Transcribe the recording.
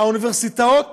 האוניברסיטאות